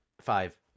Five